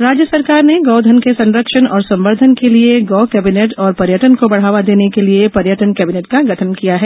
राज्य सरकार ने गौधन के संरक्षण और संवर्धन के लिए गौ केबिनेट और पर्यटन को बढ़ावा देने के लिये पर्यटन कैबिनेट का गठन किया है